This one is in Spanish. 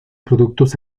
productos